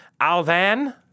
Alvan